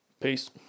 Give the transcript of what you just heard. Peace